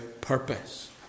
purpose